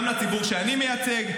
גם לציבור שאני מייצג,